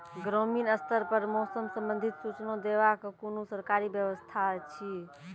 ग्रामीण स्तर पर मौसम संबंधित सूचना देवाक कुनू सरकारी व्यवस्था ऐछि?